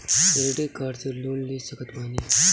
Credit card से loan ले सकत बानी?